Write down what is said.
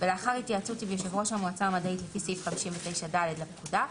ולאחר התייעצות עם יושב ראש המועצה המדעית לפי סעיף 59(ד) לפקודה,